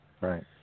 Right